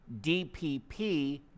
DPP